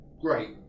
great